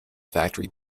factory